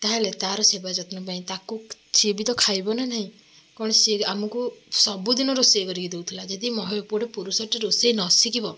ତାହାଲେ ତା'ର ସେବା ଯତ୍ନପାଇଁ ତାକୁ ସିଏ ବି ତ ଖାଇବନା ନାହିଁ କଣ ସିଏ ଆମକୁ ସବୁଦିନ ରୋଷେଇ କରିକି ଦେଉଥିଲା ଯଦି ମହି ଗୋଟେ ପୁରୁଷଟି ରୋଷେଇ ନ ଶିଖିବ